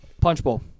Punchbowl